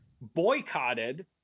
boycotted